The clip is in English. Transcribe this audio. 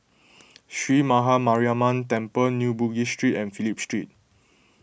Sree Maha Mariamman Temple New Bugis Street and Phillip Street